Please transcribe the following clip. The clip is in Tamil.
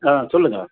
ஆ சொல்லுங்கள்